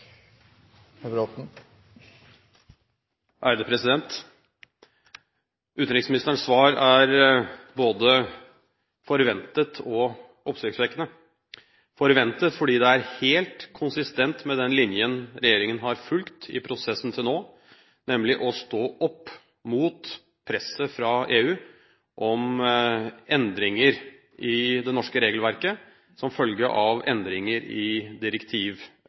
både forventet og oppsiktsvekkende – forventet fordi det er helt konsistent med den linjen regjeringen har fulgt i prosessen til nå, nemlig å stå opp mot presset fra EU om endringer i det norske regelverket som følge av endringer i